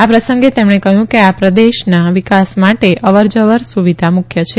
આ પ્રસંગે તેમણે કહયું કે આ પ્રદેશના વિકાસ માટે અવર જવર સુવિધા મુખ્ય છે